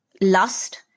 lust